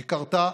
היא קרתה